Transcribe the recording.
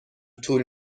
طول